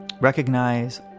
recognize